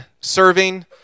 serving